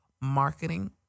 marketing